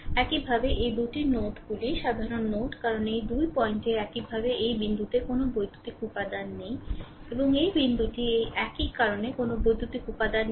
একইভাবে এই 2 টি নোডগুলি সাধারণ নোড কারণ এই 2 পয়েন্টে একইভাবে এই বিন্দুতে কোনও বৈদ্যুতিক উপাদান নেই এবং এই বিন্দুটি এটি একই কারণ কোনও বৈদ্যুতিক উপাদান নেই